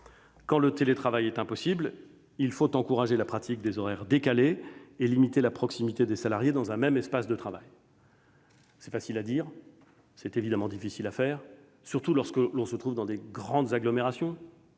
Quand le télétravail est impossible, il faut encourager la pratique des horaires décalés et limiter la proximité des salariés dans un même espace de travail. C'est facile à dire, mais c'est évidemment difficile à mettre en oeuvre, surtout dans les grandes agglomérations